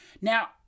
Now